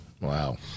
Wow